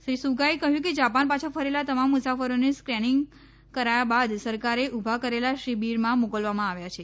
શ્રી સુગાએ કહ્યું કે જાણાન ભાછા ફરેલા તમામ મુસાફરોને સ્ક્રીનીંગ કરાયા બાદ સરકારે ઉભા કરેલા શિબિરમાં મોકલવામાં આવ્યા છે